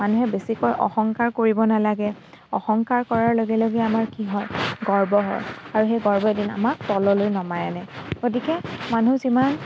মানুহে বেছিকৈ অহংকাৰ কৰিব নালাগে অহংকাৰ কৰাৰ লগে লগে আমাৰ কি হয় গৰ্ব হয় আৰু সেই গৰ্বই এদিন আমাক তললৈ নমাই আনে গতিকে মানুহ যিমান